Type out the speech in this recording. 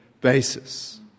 basis